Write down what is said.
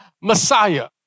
Messiah